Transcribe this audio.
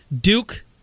Duke